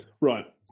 Right